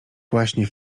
właśnie